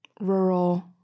rural